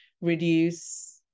reduce